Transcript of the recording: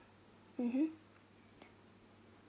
mmhmm